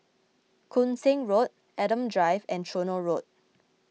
Koon Seng Road Adam Drive and Tronoh Road